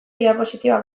diapositiba